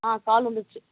ஆ call வந்துருச்சு